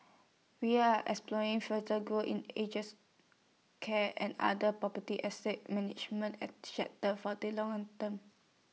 we are exploring further growth in ages care and other property asset management for the long and term